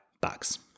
bucks